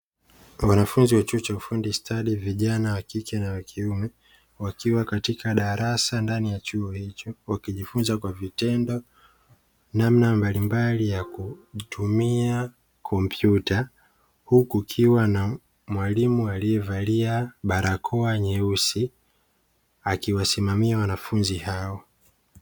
Wanafunzi wa chuo cha ufundi stadi; vijana wa kike na wa kiume, wakiwa katika darasa ndani ya chuo hicho, wakijifunza kwa vitendo namna mbalimbali ya kutumia kompyuta huku kukiwa na mwalimu aliyevalia barakoa nyeusi, akiwasimamia wanafunzi hao.